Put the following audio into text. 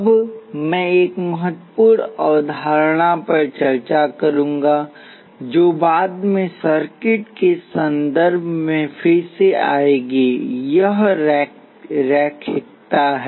अब मैं एक महत्वपूर्ण अवधारणा पर चर्चा करूंगा जो बाद में सर्किट के संदर्भ में फिर से आएगी यह रैखिकता है